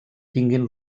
tinguin